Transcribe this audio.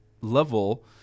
level